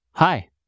Hi